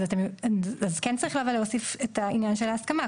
אז כן צריך להוסיף כאן עניין של הסכמה,